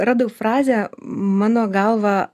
radau frazę mano galva